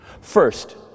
First